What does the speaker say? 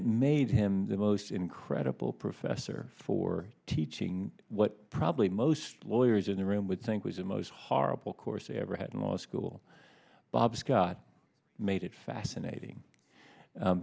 it made him the most incredible professor for teaching what probably most lawyers in the room with think was the most horrible course they ever had in law school bob scott made it fascinating